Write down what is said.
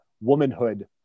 womanhood